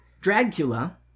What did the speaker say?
Dracula